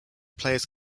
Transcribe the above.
players